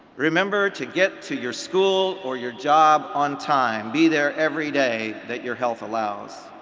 remember to get to your school or your job on time. be there every day that your health allows.